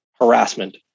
harassment